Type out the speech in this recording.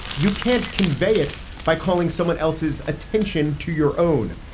you can't convey it by calling someone else's attention to your own.